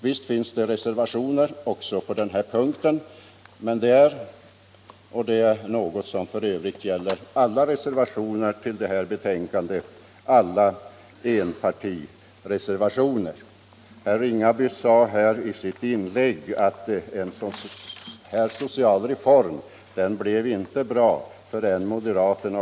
Visst finns det reservationer också på denna punkt, men — Nr 119 de är alla enpartireservationer. Det är något som f. ö. gäller alla reser Torsdagen den vationer till det aktuella betänkandet. Herr Ringaby sade visserligen i =& maj 1976 sitt inlägg att en social reform som denna inte blir bra förrän moderaterna.